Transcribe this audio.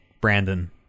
brandon